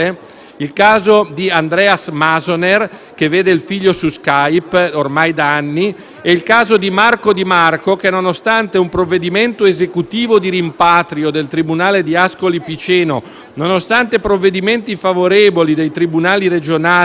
il caso di Andreas Masoner, che vede il figlio su Skype ormai da anni, e il caso di Marco Di Marco che, nonostante un provvedimento esecutivo di rimpatrio del tribunale di Ascoli Piceno, nonostante provvedimenti favorevoli dei tribunali regionali